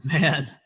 Man